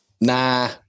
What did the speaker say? Nah